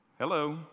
Hello